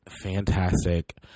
fantastic